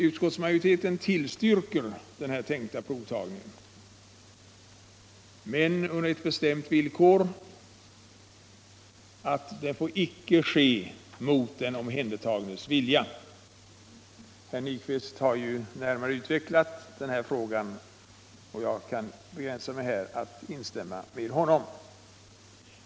Utskottsmajoriteten tillstyrker den tänkta provtagningen, men endast på det bestämda villkoret att den icke får ske mot den omhändertagnes vilja. Herr Nyquist har närmare utvecklat den här frågan och jag kan begränsa mig genom att instämma i vad han anfört.